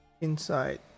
inside